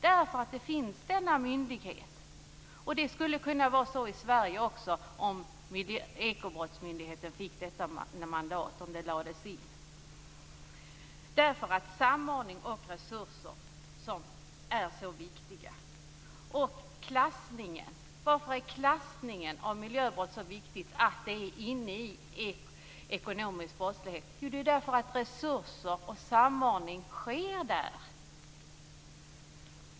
Det beror på att denna myndighet finns. Så skulle det kunna vara även i Sverige om Ekobrottsmyndigheten fick detta mandat, eftersom samordning och resurser är så viktiga. Vi har också klassningen. Varför är det så viktigt att miljöbrott klassas till ekonomisk brottslighet? Jo, det är därför att det är där resurser och samordning finns.